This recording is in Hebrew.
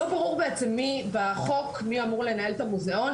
לא ברור בעצם מי בחוק מי אמור לנהל את המוזיאון,